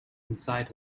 inside